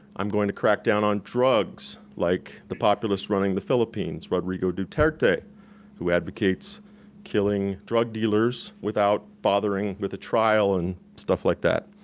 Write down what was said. i'm going to crack down on drugs, like the populist running the philippines, rodrigo duterte who advocates killing drug dealers without bothering with a trial and stuff like that.